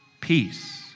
peace